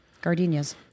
Gardenias